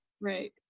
Right